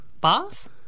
Boss